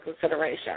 consideration